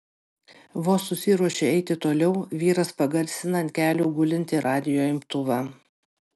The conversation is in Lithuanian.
vos susiruošiu eiti toliau vyras pagarsina ant kelių gulintį radijo imtuvą